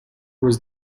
was